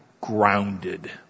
grounded